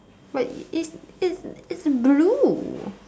but it's it's it's it's blue